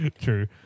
True